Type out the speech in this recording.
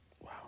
Wow